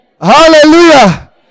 Hallelujah